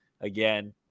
again